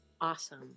Awesome